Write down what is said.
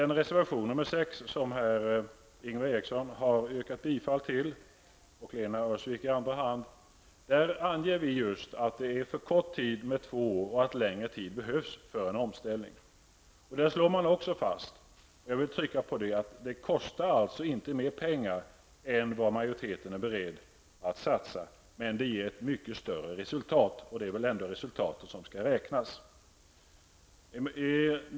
I reservation nr 6, som Ingvar Eriksson har yrkat bifall till, och Lena Öhrsvik i andra hand, anger vi att det är för kort tid med två år och att längre tid behövs för en omställning. Där slås också fast -- jag vill understryka det -- att det inte kostar mer pengar än vad majoriteten är beredd att satsa, men det ger ett mycket större resultat. Det är väl resultatet som skall räknas.